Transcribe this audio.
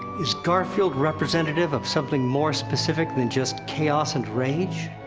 is garfield representative of something more specific than just chaos and rage?